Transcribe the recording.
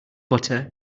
butter